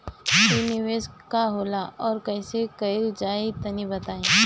इ निवेस का होला अउर कइसे कइल जाई तनि बताईं?